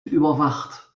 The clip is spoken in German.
überwacht